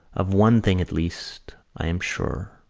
of one thing, at least, i am sure.